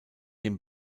den